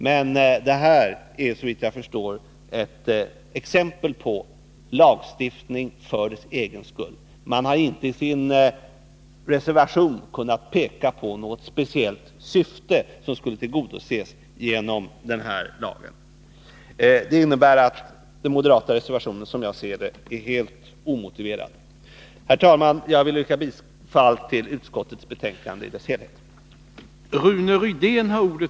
Men detta är såvitt jag förstår ett exempel på lagstiftning för dess egen skull. Man har inte i sin reservation kunnat peka på något speciellt syfte som skulle tillgodoses genom denna lag. Det innebär att den moderata reservationen, som jag ser det, är helt omotiverad. Herr talman! Jag vill yrka bifall till utskottets hemställan i dess helhet.